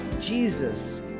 Jesus